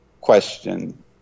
question